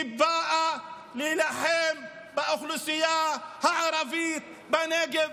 היא באה להילחם באוכלוסייה הערבית בנגב